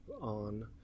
on